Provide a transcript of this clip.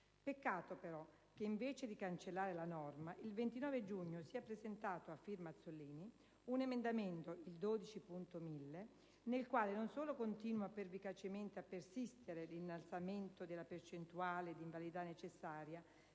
Peccato però che, invece di cancellare la norma, il 29 giugno sia stato presentato, a firma del senatore Azzollini, l'emendamento 12.1000 nel quale non solo continua pervicacemente a persistere l'innalzamento della percentuale di invalidità necessaria